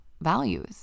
values